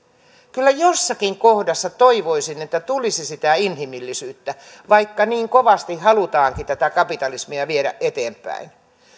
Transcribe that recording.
kyllä jossakin kohdassa toivoisin että tulisi sitä inhimillisyyttä vaikka niin kovasti halutaankin tätä kapitalismia viedä eteenpäin